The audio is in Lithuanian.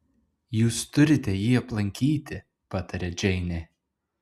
jūs turite jį aplankyti pataria džeinė